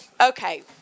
Okay